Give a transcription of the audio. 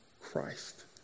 Christ